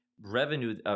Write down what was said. revenue